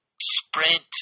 sprint